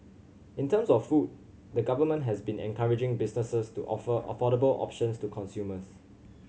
in terms of food the Government has been encouraging businesses to offer affordable options to consumers